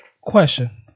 Question